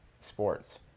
sports